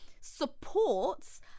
supports